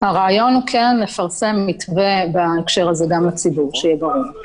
הרעיון הוא לפרסם מתווה בהקשר הזה גם לציבור כדי שיהיה ברור.